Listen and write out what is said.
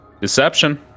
Deception